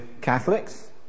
Catholics